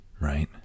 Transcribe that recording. right